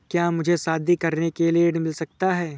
क्या मुझे शादी करने के लिए ऋण मिल सकता है?